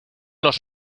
los